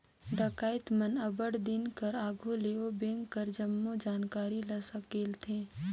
डकइत मन अब्बड़ दिन कर आघु ले ओ बेंक कर जम्मो जानकारी ल संकेलथें